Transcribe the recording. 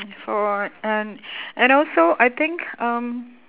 for and and also I think um